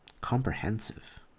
Comprehensive